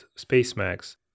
SpaceMax